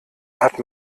hat